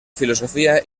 filosofía